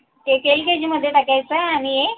एक L K जीमध्ये टाकायचा आहे आणि एक